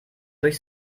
durch